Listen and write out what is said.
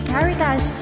Caritas